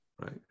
right